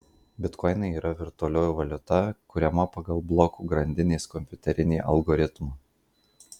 bitkoinai yra virtualioji valiuta kuriama pagal blokų grandinės kompiuterinį algoritmą